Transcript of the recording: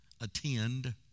Attend